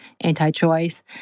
anti-choice